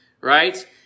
right